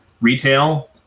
retail